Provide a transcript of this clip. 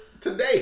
today